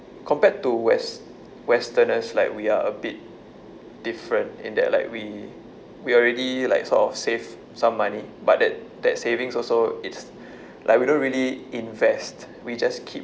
compared to west~ westerners like we are a bit different in that like we we already like sort of save some money but that that savings also it's like we don't really invest we just keep